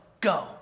go